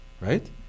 Right